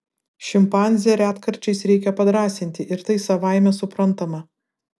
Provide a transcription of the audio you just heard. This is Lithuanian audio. šimpanzę retkarčiais reikia padrąsinti ir tai savaime suprantama